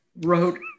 wrote